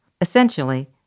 essentially